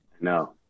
No